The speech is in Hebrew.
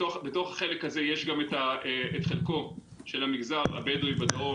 בתוך החלק הזה יש את חלקו של המגזר הבדווי בדרום,